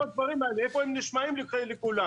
איך הדברים האלה נשמעים לכולם?